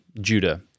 Judah